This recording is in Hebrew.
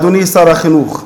אדוני שר החינוך.